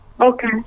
Okay